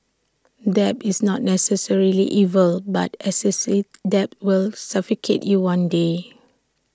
debt is not necessarily evil but excessive debts will suffocate you one day